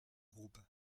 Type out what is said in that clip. groupe